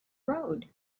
road